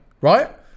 right